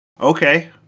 okay